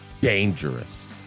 Dangerous